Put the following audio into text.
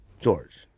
George